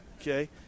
Okay